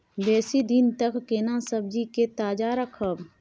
बेसी दिन तक केना सब्जी के ताजा रखब?